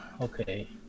okay